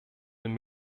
den